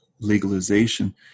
legalization